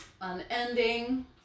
unending